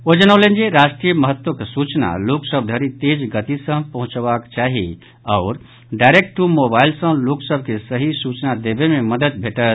ओ जनौलनि जे राष्ट्रीय महत्वक सूचना लोक सभ धरि तेज गति सॅ पहुंचबाक चाही आओर डायरेक्ट दू मोबाइल सॅ लोकसभ के सही सूचना देबय मे मददि भेटत